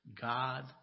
God